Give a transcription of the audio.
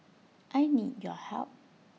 I need your help